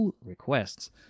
requests